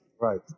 Right